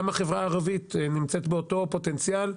גם החברה הערבית נמצאת באותו פוטנציאל,